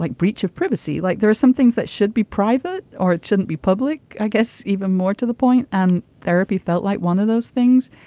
like breach of privacy like there are some things that should be private or it shouldn't be public. i guess even more to the point. and therapy felt like one of those things.